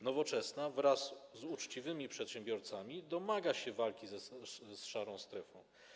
Nowoczesna wraz z uczciwymi przedsiębiorcami domaga się walki z szarą strefą.